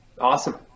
Awesome